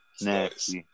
next